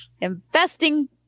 investing